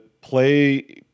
play